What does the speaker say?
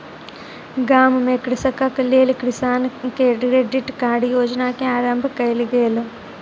गाम में कृषकक लेल किसान क्रेडिट कार्ड योजना के आरम्भ कयल गेल